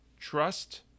Trust